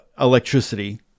electricity